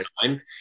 time